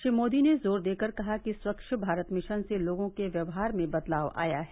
श्री मोदी ने जोर देकर कहा कि स्वच्छ भारत मिशन से लोगों के व्यवहार में बदलाव आया है